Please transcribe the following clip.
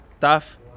tough